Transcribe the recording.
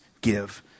give